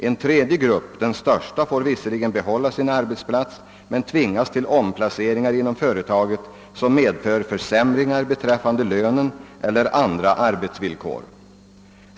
En tredje grupp — den största — får visserligen behålla sin arbetsplats men tvingas till omplaceringar inom företaget, som medför försämringar beträffande lönen eller andra arbetsvillkor...